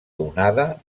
onada